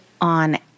on